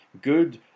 good